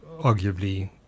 arguably